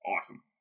awesome